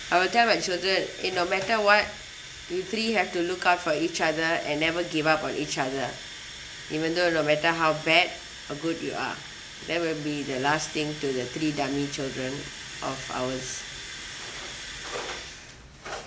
I'll tell my children in no matter what you three have to look out for each other and never give up on each other even though no matter how bad or good you are there will be the last thing to the three dummy children of ours